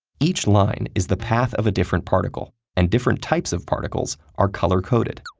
each line is the path of a different particle, and different types of particles are color-coded.